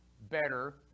better